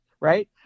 right